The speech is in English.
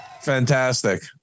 fantastic